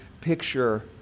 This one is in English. picture